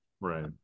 right